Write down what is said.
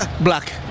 Black